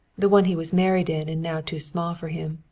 the one he was married in and now too small for him.